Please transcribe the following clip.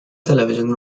television